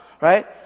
right